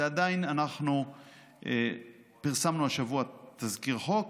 אנחנו פרסמנו השבוע תזכיר חוק,